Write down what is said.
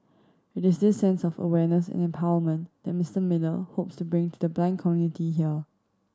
it is this sense of awareness and empowerment that Mister Miller hopes to bring to the blind community here